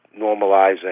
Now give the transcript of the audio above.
normalizing